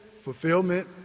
fulfillment